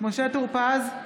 משה טור פז,